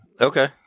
Okay